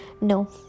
No